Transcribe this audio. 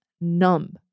numb